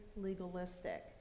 legalistic